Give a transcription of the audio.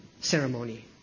ceremony